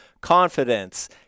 confidence